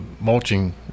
mulching